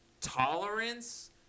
tolerance